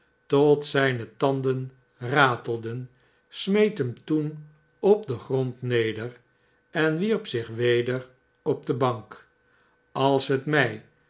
tot zijne tanden ratelden smeet hem toen op den grond neder en wierp zich weder op de bank als het mij